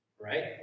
Right